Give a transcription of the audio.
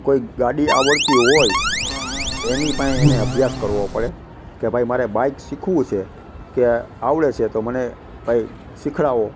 કોઈક ગાડી આવડતી હોય એની પાસે એણે અભ્યાસ કરવો પડે કે ભાઈ મારે બાઇક શીખવું છે કે આવડે છે તો મને ભાઈ શીખવાડો